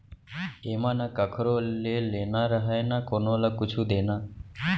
एमा न कखरो ले लेना रहय न कोनो ल कुछु देना